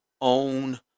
own